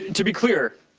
to be clear,